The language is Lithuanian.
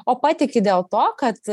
o patiki dėl to kad